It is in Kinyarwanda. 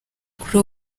kuri